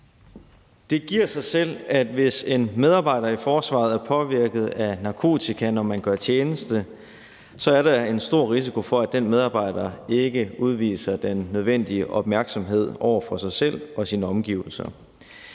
Det giver sig selv, at hvis en medarbejder i forsvaret er påvirket af narkotika, når man gør tjeneste, så er der en stor risiko for, at den medarbejder ikke udviser den nødvendige opmærksomhed over for sig selv og sine omgivelser.